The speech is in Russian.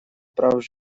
прав